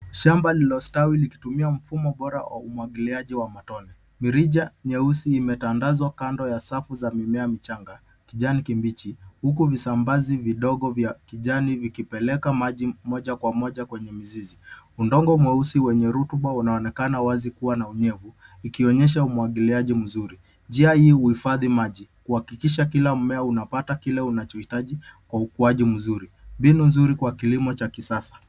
Shamba lililostawi likitumia mfumo bora wa umwagiliaji wa matone. Mirija nyeusi imetandazwa kando ya safu za mimea michanga, kijani kibichi, huku visambazi vidogo vya kijani vikipeleka maji moja kwa moja kwenye mizizi. Udongo mweusi wenye rutuba unaonekana wazi na una unyevu, ikionyesha umwagiliaji mzuri. Njia hii huhifadhi maji na kuhakikisha kila mmea unapata kile unachohitaji kwa ukuaji mzuri; ni mbinu nzuri kwa kilimo cha kisasa.